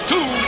Two